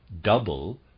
double